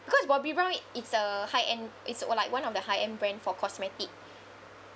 because Bobbi Brown is a high-end it's were like one of the high-end brand for cosmetic